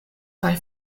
kaj